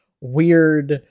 weird